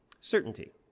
Certainty